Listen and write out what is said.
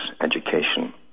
education